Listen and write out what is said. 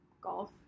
golf